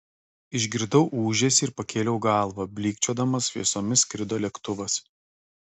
išgirdau ūžesį ir pakėliau galvą blykčiodamas šviesomis skrido lėktuvas